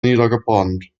niedergebrannt